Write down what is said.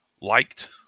liked